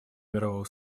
мирового